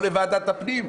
או לוועדת הפנים,